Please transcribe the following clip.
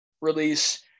release